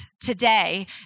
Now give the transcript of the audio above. today